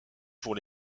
pour